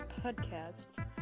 podcast